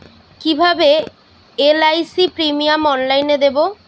কিভাবে LIC premium অনলাইনে দেবো?